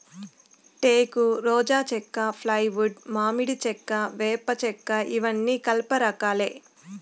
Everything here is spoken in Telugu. టేకు, రోజా చెక్క, ఫ్లైవుడ్, మామిడి చెక్క, వేప చెక్కఇవన్నీ కలప రకాలే